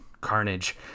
carnage